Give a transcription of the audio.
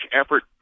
effort